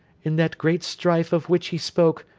in that great strife of which he spoke,